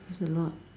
it's a lot